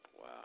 Wow